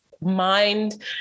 mind